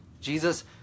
Jesus